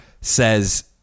says